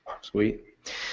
Sweet